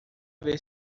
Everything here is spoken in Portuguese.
ver